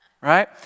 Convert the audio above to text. right